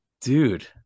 Dude